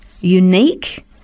unique